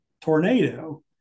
tornado